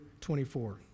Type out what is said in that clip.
24